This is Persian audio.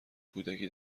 کودکی